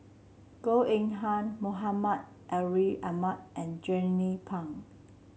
Goh Eng Han Muhammad Ariff Ahmad and Jernnine Pang